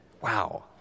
Wow